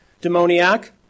demoniac